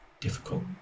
difficult